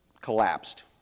collapsed